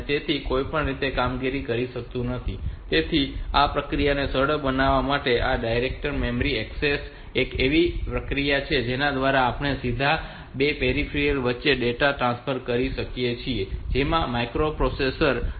તેથી તે કોઈ પણ કામગીરી કરી શકતું નથી તેથી આ પ્રક્રિયાને સરળ બનાવવા માટે આ ડાયરેક્ટ મેમરી એક્સેસ એ એક એવી પ્રક્રિયા છે જેના દ્વારા આપણે સીધા બે પેરિફેરલ્સ વચ્ચે ડેટા ટ્રાન્સફર કરી શકીએ છીએ જેમાં માઇક્રોપ્રોસેસર સામેલ નથી હોતું